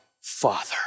father